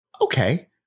Okay